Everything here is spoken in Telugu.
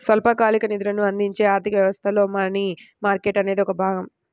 స్వల్పకాలిక నిధులను అందించే ఆర్థిక వ్యవస్థలో మనీ మార్కెట్ అనేది ఒక భాగం